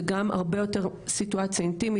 זו גם סיטואציה הרבה יותר אינטימית,